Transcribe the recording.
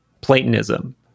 Platonism